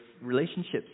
relationships